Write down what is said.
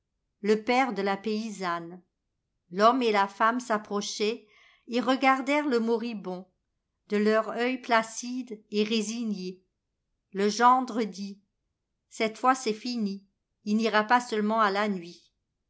le père de la paysanne l'homme et la femme s'approchaient et regardèrent le moribond de leur œil placide et résigné le gendre dit c'te fois c'est fini i n'ira pas seulement à la nuit